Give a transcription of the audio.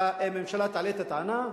הממשלה תעלה את הטענה,